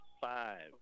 five